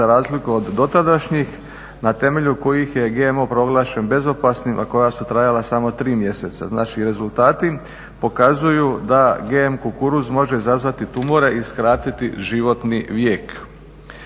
za razliku od dotadašnjih, na temelju kojih je GMO proglašen bezopasnim, a koja su trajala samo 3 mjeseca. Znači, rezultati pokazuju da GM kukuruz može izazvati tumore i skratiti životni vijek.